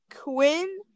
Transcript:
Quinn